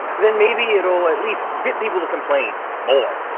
then maybe it'll at least get people to complain more.